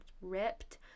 ripped